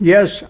Yes